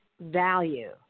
value